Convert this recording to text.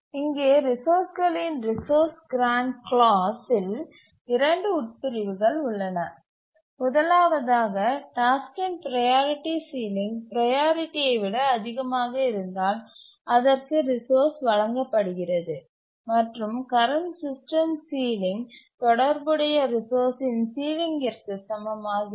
இங்கே ரிசோர்ஸ்களின் resource grant class இல் இரண்டு உட்பிரிவுகள் உள்ளன முதலாவதாக டாஸ்க்கின் ப்ரையாரிட்டி சீலிங் ப்ரையாரிட்டியை விட அதிகமாக இருந்தால் அதற்கு ரிசோர்ஸ் வழங்கப்படுகிறது மற்றும் கரண்ட் சிஸ்டம் சீலிங் தொடர்புடைய ரிசோர்சின் சீலிங்கிற்கு சமமாகிறது